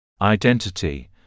Identity